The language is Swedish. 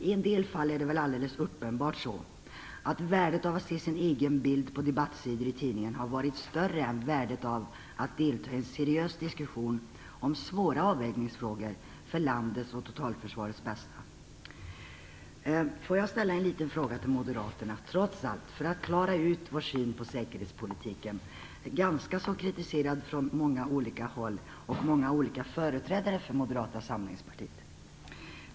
I en del fall är det väl alldeles uppenbart att värdet av att se sin egen bild på debattsidor i tidningen har varit större än värdet av att delta i en seriös diskussion om svåra avvägningsfrågor för landets och totalförsvarets bästa. Får jag ställa en liten fråga till moderaterna, för att klara ut vår syn på säkerhetspolitiken. Den är ganska kritiserad från många olika håll och av många olika företrädare för Moderata samlingspartiet.